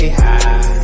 high